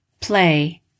play